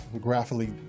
graphically